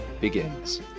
begins